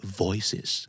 voices